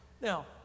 Now